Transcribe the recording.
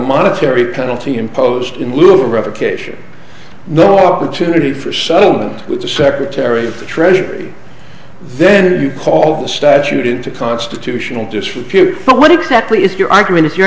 monetary penalty imposed in lieu of revocation no opportunity for settlement with the secretary of the treasury then you call the statute into constitutional disrepute but what exactly is your argument if you're